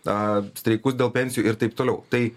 tą streikus dėl pensijų ir taip toliau tai